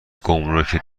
گمرک